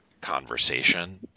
conversation